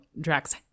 Drax